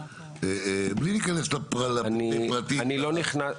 בלי להיכנס לפרטי פרטים,